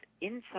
Inside